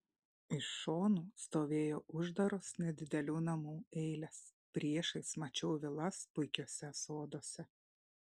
iš šonų stovėjo uždaros nedidelių namų eilės priešais mačiau vilas puikiuose soduose